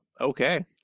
Okay